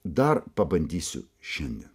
dar pabandysiu šiandien